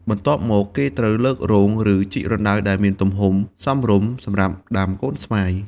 បន្ទាប់មក គេត្រូវលើករង ឬជីករណ្ដៅដែលមានទំហំសមរម្យ សម្រាប់ដាំកូនស្វាយ។